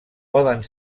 poden